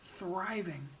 Thriving